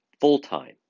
full-time